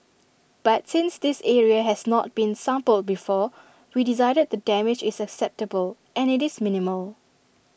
but since this area has not been sampled before we decided the damage is acceptable and IT is minimal